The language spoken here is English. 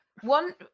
one